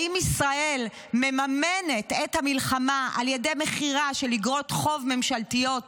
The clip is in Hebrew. האם ישראל מממנת את המלחמה בעיקר על ידי מכירה של אגרות חוב ממשלתיות?